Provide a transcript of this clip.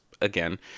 again